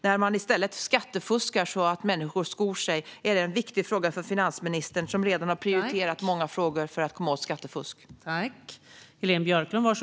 När man i stället skattefuskar så att människor skor sig är det en viktig fråga för finansministern, som redan har prioriterat många frågor för att komma åt skattefusk.